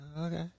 okay